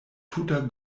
tuta